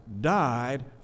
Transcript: died